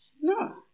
No